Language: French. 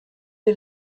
est